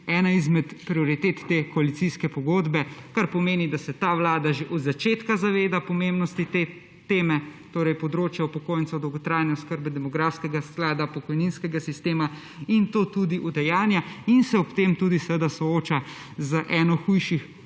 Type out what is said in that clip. ena izmed prioritete te koalicijske pogodbe, kar pomeni, da se ta vlada že od začetka zaveda pomembnosti te teme, torej področja upokojencev, dolgotrajne oskrbe, demografskega sklada, pokojninskega sistema, in to tudi udejanja. In se ob tem tudi seveda sooča z eno hujših